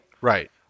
Right